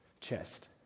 chest